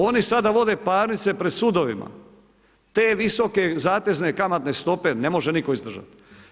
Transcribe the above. Oni sada vode parnice pred sudovima, te visoke zatezne kamatne stope ne može nitko izdržati.